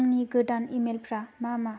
आंनि गोदान इमेल फ्रा मा मा